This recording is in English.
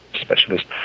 specialist